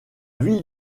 ville